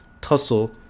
tussle